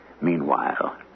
Meanwhile